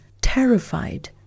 terrified